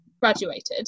graduated